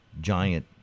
giant